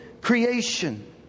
creation